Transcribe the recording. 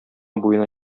буена